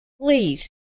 please